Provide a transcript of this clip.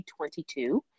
2022